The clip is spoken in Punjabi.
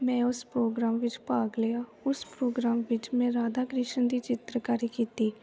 ਮੈਂ ਉਸ ਪ੍ਰੋਗਰਾਮ ਵਿੱਚ ਭਾਗ ਲਿਆ ਉਸ ਪ੍ਰੋਗਰਾਮ ਵਿੱਚ ਮੈਂ ਰਾਧਾ ਕ੍ਰਿਸ਼ਨ ਦੀ ਚਿੱਤਰਕਾਰੀ ਕੀਤੀ